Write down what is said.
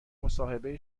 مصاحبه